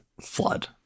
flood